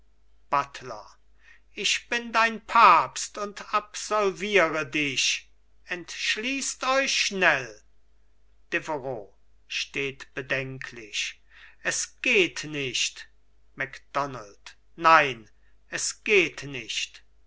buttler ich bin dein papst und absolviere dich entschließt euch schnell deveroux steht bedenklich es geht nicht macdonald nein es geht nicht